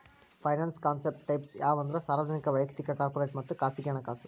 finance concept types ಯಾವಂದ್ರ ಸಾರ್ವಜನಿಕ ವಯಕ್ತಿಕ ಕಾರ್ಪೊರೇಟ್ ಮತ್ತ ಖಾಸಗಿ ಹಣಕಾಸು